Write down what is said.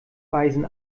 weisen